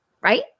right